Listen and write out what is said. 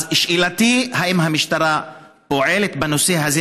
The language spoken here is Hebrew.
אז שאלתי: האם המשטרה פועלת בנושא הזה,